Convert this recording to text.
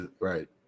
right